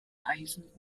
eisen